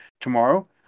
tomorrow